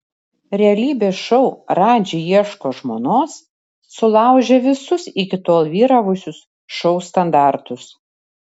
realybės šou radži ieško žmonos sulaužė visus iki tol vyravusius šou standartus